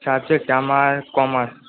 subject আমার commerce